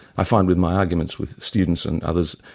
i find with my arguments with students and others,